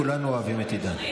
כולנו אוהבים את עידן.